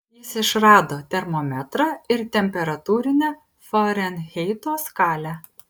jis išrado termometrą ir temperatūrinę farenheito skalę